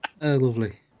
Lovely